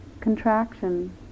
contraction